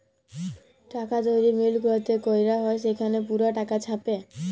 টাকা তৈরি মিল্ট গুলাতে ক্যরা হ্যয় সেখালে পুরা টাকা ছাপে